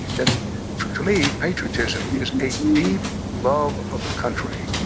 and to me, patriotism is a deep love of a country